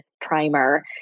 primer